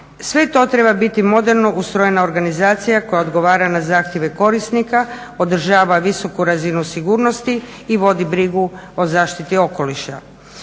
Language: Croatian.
Sve to treba biti moderno ustrojena organizacija koja odgovara na zahtjeve korisnika, održava visoku razinu sigurnosti i vodi brigu o zaštiti okoliša.